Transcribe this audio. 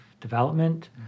development